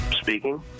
Speaking